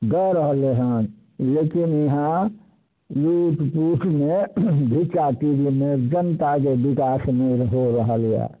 दऽ रहलै हँ लेकिन इहाँ लूट फूटमे घिच्चातीरीमे जनताके विकाय नहि हो रहलैए